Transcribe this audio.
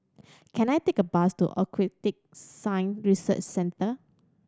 can I take a bus to Aquatic Science Research Centre